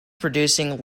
producing